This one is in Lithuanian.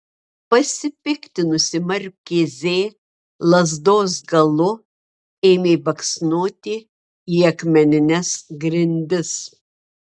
pasipiktinusi markizė lazdos galu ėmė baksnoti į akmenines grindis